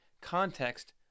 context